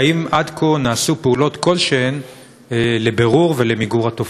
והאם עד כה נעשו פעולות כלשהן לבירור התופעה ולמיגורה?